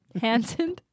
Hansen